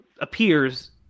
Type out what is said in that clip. appears